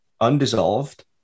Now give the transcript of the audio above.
undissolved